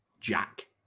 Jack